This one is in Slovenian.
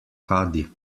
kadi